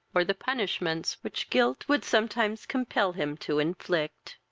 or the punishments which guilt would sometimes compel him to inflict.